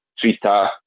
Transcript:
Twitter